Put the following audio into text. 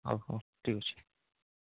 ହଉ ହଉ ଠିକ୍ ଅଛି